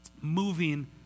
moving